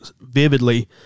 vividly